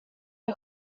dig